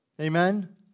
Amen